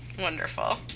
Wonderful